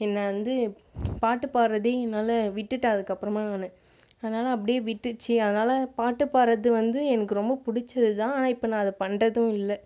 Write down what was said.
என்னை வந்து பாட்டு பாடுவதையே என்னால் விட்டுட்டேன் அதுக்கப்பறமாக நான் அதனால் அப்படியே விட்டுச்சு அதனால் பாட்டு பாடுவது வந்து எனக்கு ரொம்ப பிடிச்சதுதான் ஆனால் இப்போ நான் அதை பண்ணுறதும் இல்லை